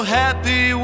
happy